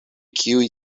kiuj